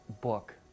book